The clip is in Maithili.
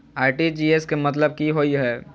आर.टी.जी.एस केँ मतलब की होइ हय?